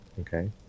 Okay